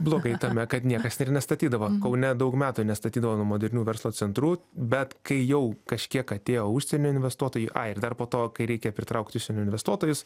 blogai tame kad niekas nestatydavo kaune daug metų nestatydavo modernių verslo centrų bet kai jau kažkiek atėjo užsienio investuotojai ai ir dar po to kai reikia pritraukti užsienio investuotojus